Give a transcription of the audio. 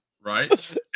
Right